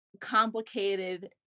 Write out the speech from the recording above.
complicated